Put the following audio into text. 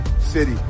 city